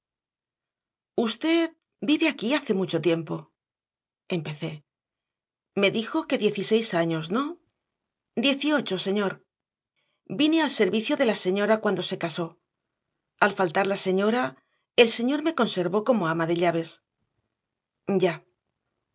usted vive aquí hace mucho tiempo empecé me dijo que dieciséis años no dieciocho señor vine al servicio de la señora cuando se casó al faltar la señora el señor me conservó como ama de llaves ya